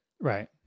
Right